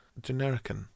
Generican